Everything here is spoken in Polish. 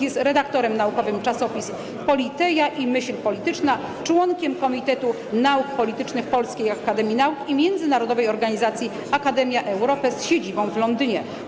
Jest redaktorem naukowym czasopism „Politeja” i „Myśl Polityczna”, członkiem Komitetu Nauk Politycznych Polskiej Akademii Nauk i międzynarodowej organizacji Academia Europaea z siedzibą w Londynie.